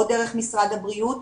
או דרך משרד הבריאות,